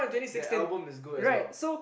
that album is good as well